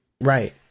Right